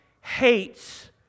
hates